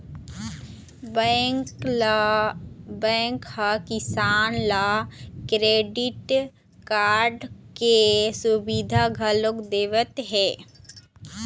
bank ह किसान ल क्रेडिट कारड के सुबिधा घलोक देवत हे